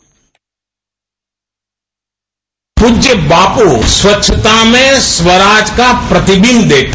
bite प्रज्य बापू स्वच्छता में स्वराजय का प्रतिबिम्ब देखा